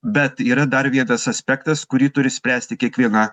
bet yra dar vienas aspektas kurį turi spręsti kiekviena